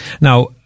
Now